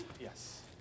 Yes